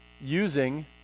using